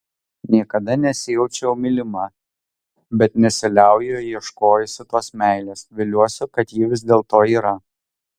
niekada nesijaučiau mylima bet nesiliauju ieškojusi tos meilės viliuosi kad ji vis dėlto yra